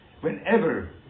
whenever